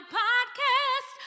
podcast